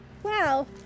Wow